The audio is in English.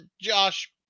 Josh